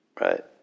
right